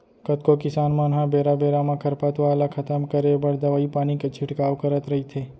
कतको किसान मन ह बेरा बेरा म खरपतवार ल खतम करे बर दवई पानी के छिड़काव करत रइथे